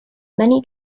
many